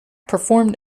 performed